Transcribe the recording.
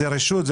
זה רשות,